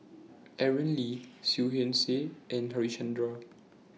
Aaron Lee Seah Liang Seah and Harichandra